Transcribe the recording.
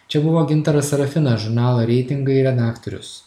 čia buvo gintaras serafinas žurnalo reitingai redaktorius